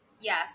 yes